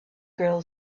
girl